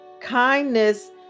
Kindness